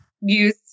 use